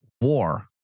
war